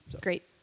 Great